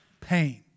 pain